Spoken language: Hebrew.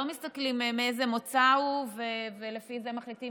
לא מסתכלים מאיזה מוצא הוא ולפי זה מחליטים